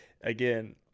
again